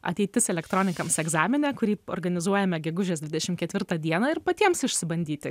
ateitis elektronikoms egzamine kurį organizuojame gegužės dvidešimt ketvirtą dieną ir patiems išsibandyti